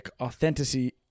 authenticity